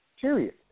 period